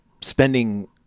spending